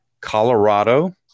Colorado